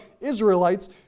Israelites